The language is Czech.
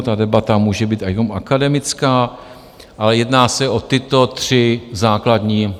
Ta debata může být jenom akademická, ale jedná se o tyto tři základní